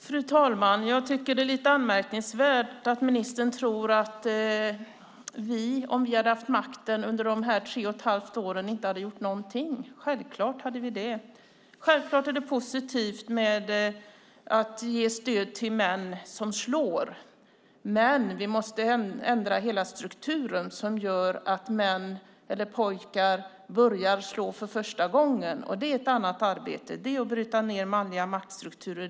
Fru talman! Jag tycker att det är anmärkningsvärt att ministern tror att vi, om vi hade haft makten under dessa tre och ett halvt år, inte hade gjort någonting. Självfallet hade vi det. Självfallet är det positivt att ge stöd till män som slår. Men vi måste ändra hela den struktur som gör att män eller pojkar börjar slå för första gången. Det är ett annat arbete. Det är att bryta ned manliga maktstrukturer.